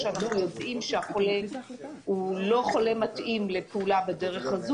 כשאנחנו יודעים שהחולה הוא לא חולה מתאים לפעולה בדרך הזו.